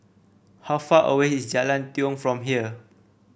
how far away is Jalan Tiong from here